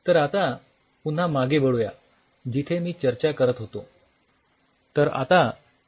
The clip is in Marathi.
तर आता पुन्हा मागे वळूया जिथे मी चर्चा करत होतो